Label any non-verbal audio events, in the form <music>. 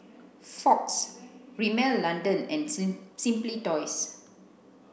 Fox Rimmel London and <unintelligible> Simply Toys